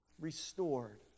restored